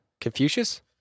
Confucius